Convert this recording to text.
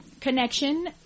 connection